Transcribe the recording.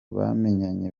bamenyanye